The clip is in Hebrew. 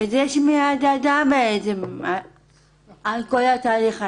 וזה שמיעת האדם בעצם על כל התהליך הזה.